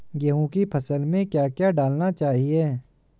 गेहूँ की फसल में क्या क्या डालना चाहिए?